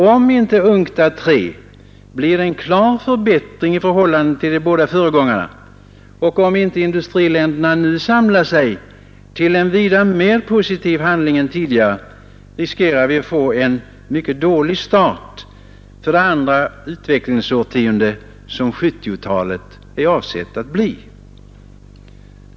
Om inte UNCTAD III blir en klar förbättring i förhållande till de båda föregångarna och om inte industriländerna nu samlar sig till en vida mer positiv handling än tidigare, riskerar vi att få en mycket dålig start för det andra utvecklingsårtionde som 1970-talet är avsett att vara.